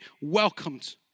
welcomed